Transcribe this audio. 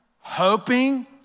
hoping